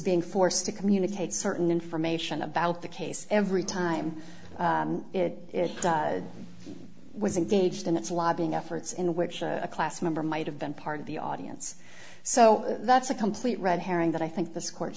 being forced to communicate certain information about the case every time it does was engaged in its lobbying efforts in which a class member might have been part of the audience so that's a complete red herring that i think this courts